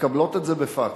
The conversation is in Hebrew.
מקבלות את זה בפקס.